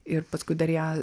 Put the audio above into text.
ir paskui dar ją